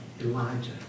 Elijah